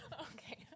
Okay